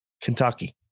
Kentucky